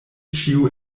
ĉio